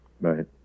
Right